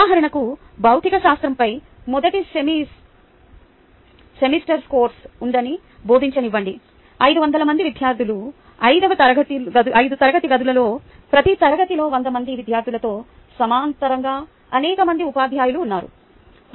ఉదాహరణకు భౌతికశాస్త్రంపై మొదటి సెమిస్టర్ కోర్సు ఉందని బోధించనివ్వండి 500 మంది విద్యార్థులు 5 తరగతి గదులలో ప్రతి తరగతి గదిలో 100 మంది విద్యార్థులతో సమాంతరంగా అనేక మంది ఉపాధ్యాయులు ఉన్నారు